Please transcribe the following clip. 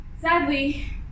sadly